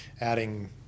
adding